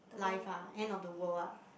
life ah end of the world ah